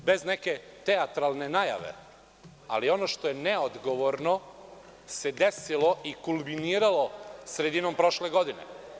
Reći ću bez neke teatralne najave, ali ono što je neodgovorno se desilo i kulminiralo sredinom prošle godine.